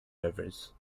rivers